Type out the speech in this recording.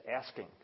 asking